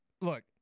Look